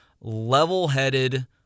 level-headed